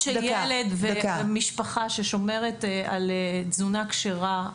של ילד ומשפחה ששומרת על תזונה כשרה,